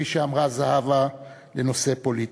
כפי שאמרה זהבה, לנושא פוליטי.